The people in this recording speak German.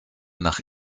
nach